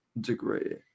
degree